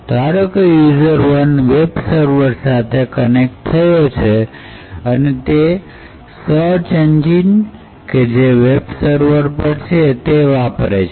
અને ધારો કે યુઝર ૧ વેબ સર્વર સાથે કનેક્ટ થયો છે અને તે સર્ચ એન્જિન કે જે વેબ સર્વર પર છે એ વાપરે છે